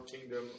Kingdom